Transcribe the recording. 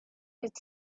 could